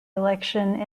election